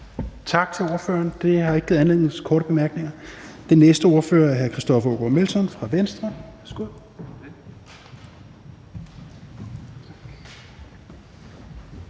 Tak til ordføreren. Det har ikke givet anledning til korte bemærkninger. Den næste ordfører er hr. Christoffer Aagaard Melson fra Venstre.